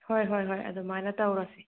ꯍꯣꯏ ꯍꯣꯏ ꯍꯣꯏ ꯑꯗꯨꯃꯥꯏꯅ ꯇꯧꯔꯁꯤ